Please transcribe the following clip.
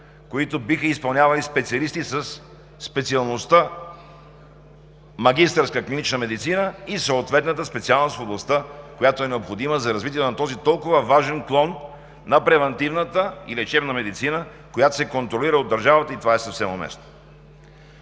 които биха изпълнявали специалисти със специалността по клинична медицина за магистър и съответната специалност в областта, необходима за развитие на този толкова важен клон на превантивната и лечебна медицина, която се контролира от държавата, и това е съвсем уместно.